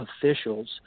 officials